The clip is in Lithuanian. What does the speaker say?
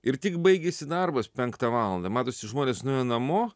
ir tik baigėsi darbas penktą valandą matosi žmonės nuėjo namo